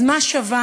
אז מה שוות,